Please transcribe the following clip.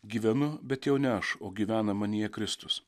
gyvenu bet jau ne aš o gyvena manyje kristus